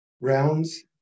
rounds